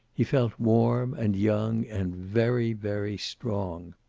he felt warm, and young, and very, very strong.